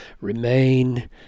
remain